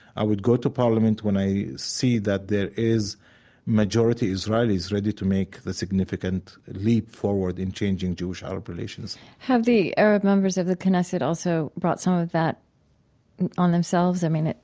i would go to parliament when i see that there is majority israelis ready to make the significant leap forward in changing jewish-arab relations have the arab members of the knesset also brought some of that on themselves? i mean,